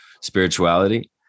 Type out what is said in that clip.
spirituality